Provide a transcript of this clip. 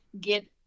get